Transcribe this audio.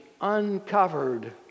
uncovered